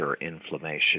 inflammation